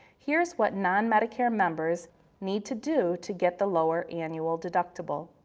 here's what non-medicare members need to do to get the lower annual deductible.